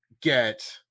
get